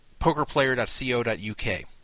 pokerplayer.co.uk